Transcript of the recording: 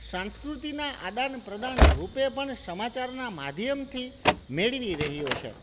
સાંસ્કૃતિના આદાનપ્રદાનરૂપે પણ સમાચારના માધ્યમથી મેળવી રહ્યો છે